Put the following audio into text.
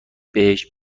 بهش